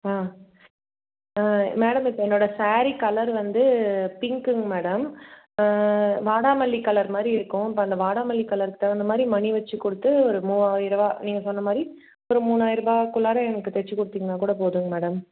ஆ madam இப்போ என்னோடய sari colour வந்து பிங்க்குங்க மேடம் வாடாமல்லி கலர் மாதிரி இருக்கும் இப்போ அந்த வாடாமல்லி கலருக்கு தகுந்த மாதிரி மணி வச்சு கொடுத்து ஒரு மூவாயிரம் ரூபா நீங்கள் சொன்ன மாதிரி ஒரு மூணாயிரம் ரூபாய்குள்ளார எனக்கு தைச்சு கொடுத்திங்கன்னா கூட போதுங்க மேடம்